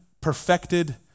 perfected